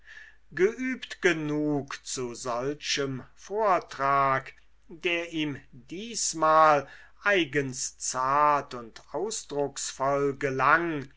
geübt genug zu solchem vortrag der ihm diesmal eigens zart und ausdrucksvoll gelang